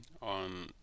on